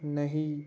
नहीं